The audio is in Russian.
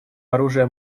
оружия